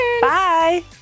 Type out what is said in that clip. Bye